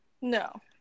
No